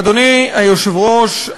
אדוני היושב-ראש,